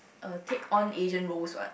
uh take on Asian roles what